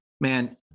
man